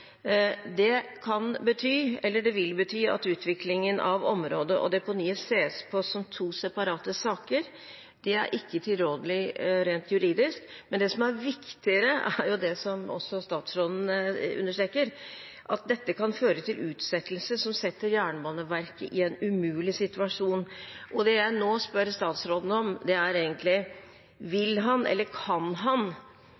Det vil bety at utviklingen av området og deponiet ses på som to separate saker. Det er ikke tilrådelig rent juridisk. Men det som er viktigere, som også statsråden understreker, er at dette kan føre til utsettelse som setter Jernbaneverket i en umulig situasjon. Det jeg nå spør statsråden om, er egentlig: Vil han, eller kan han, ta kontakt med regjeringens partifeller i Oslo, slik at vi